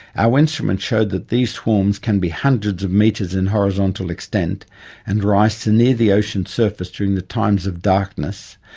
our instruments showed that these swarms can be hundreds of meters in horizontal extent and rise to near the ocean surface during the times of darkness,